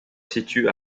situe